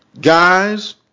guys